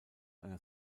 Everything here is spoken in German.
einer